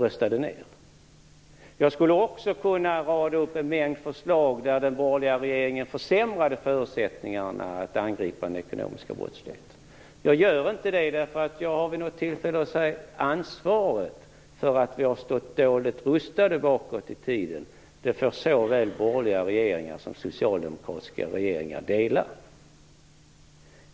Jag skulle också kunna rada upp en mängd förslag som innebar att den borgerliga regeringen försämrade förutsättningarna för att angripa den ekonomiska brottsligheten. Jag gör dock inte det, därför att - som jag vid något tillfälle sagt - ansvaret för att vi stått dåligt rustade bakåt i tiden får såväl borgerliga som socialdemokratiska regeringar dela.